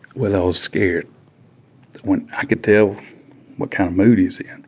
well, i was scared when i could tell what kind of mood he's in.